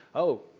oh,